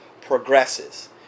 progresses